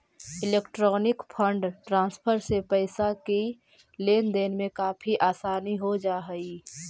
electronic fund transfer से पैसे की लेन देन में काफी आसानी हो जा हई